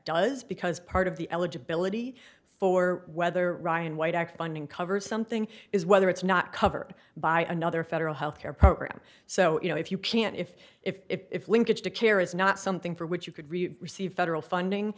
does because part of the eligibility for whether ryan white act funding covers something is whether it's not covered by another federal health care program so you know if you can if if linkage to care is not something for which you could receive federal funding